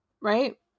right